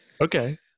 Okay